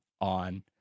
on